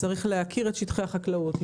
להכיר את שטחי החקלאות,